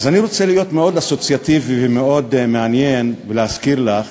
אז אני רוצה להיות מאוד אסוציאטיבי ומאוד מעניין ולהזכיר לך